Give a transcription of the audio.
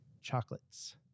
chocolates